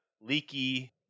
leaky